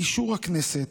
באישור הכנסת,